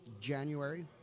January